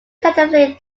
tentatively